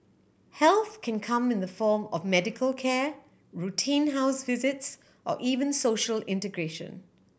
help can come in the form of medical care routine house visits or even social integration